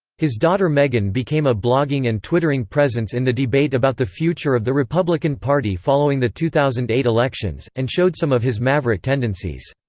his daughter meghan became a blogging and twittering presence in the debate about the future of the republican party following the two thousand and eight elections, and showed some of his maverick tendencies.